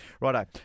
Righto